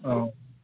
অঁ